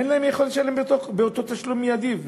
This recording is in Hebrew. אין להם יכולת לשלם באותו תשלום מיידי.